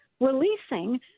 releasing